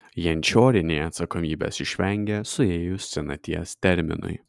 jančiorienė atsakomybės išvengė suėjus senaties terminui